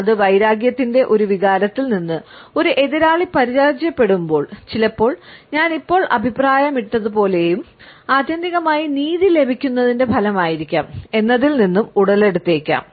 അത് വൈരാഗ്യത്തിന്റെ ഒരു വികാരത്തിൽ നിന്ന്ഒരു എതിരാളി പരാജയപ്പെടുമ്പോൾ ചിലപ്പോൾ ഞാൻ ഇപ്പോൾ അഭിപ്രായമിട്ടതുപോലെയും ആത്യന്തികമായി നീതി ലഭിക്കുന്നതിന്റെ ഫലമായിരിക്കാം എന്നതിൽ നിന്ന് ഉടലെടുത്തേക്കാം